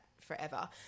forever